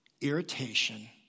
Irritation